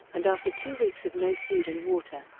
and after two weeks of no food and water,